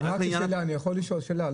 אני יכול לשאול שאלה?